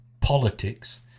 politics